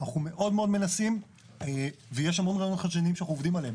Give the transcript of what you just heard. אנחנו מאוד מאוד מנסים ויש המון רעיונות חדשניים שאנחנו עובדים עליהם,